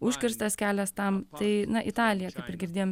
užkirstas kelias tam tai na italija kaip ir girdėjom